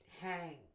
Hang